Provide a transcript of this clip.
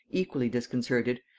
equally disconcerted,